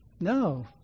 No